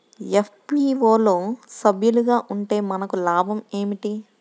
FPO లో సభ్యులుగా ఉంటే మనకు లాభం ఏమిటి?